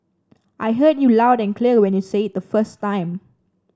I heard you loud and clear when you said it the first time